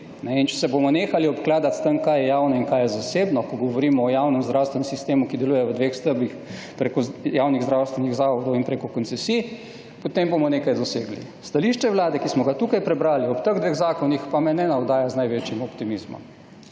in če se bomo nehali obkladati s tem kaj je javno in kaj je zasebno ko govorimo o javnem zdravstvenem sistemu, ki deluje v dveh stebrih, preko javnih zdravstvenih zavodov in preko koncesij, potem bomo nekaj dosegli. Stališče vlade, ki smo ga tukaj prebrali ob teh dveh zakonih pa me ne navdaja z največjih optimizmom.